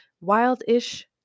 wild-ish